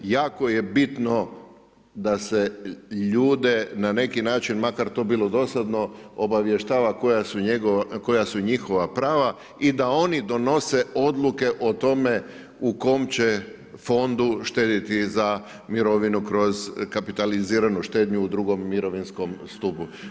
Jako je bitno da se ljude na neki način makar to bilo dosadno obavještava koja su njihova prava i da oni donose odluke o tome u kom će fondu štedjeti za mirovinu kroz kapitaliziranu štednju u 2. mirovinskom stupu.